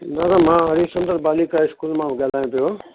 दादा मां हरि शंकर बालिका स्कूल ॻाल्हायां पियो